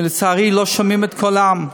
ולצערי לא שומעים את קולם.